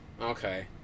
Okay